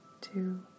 two